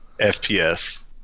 FPS